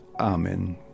Amen